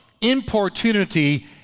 importunity